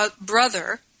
brother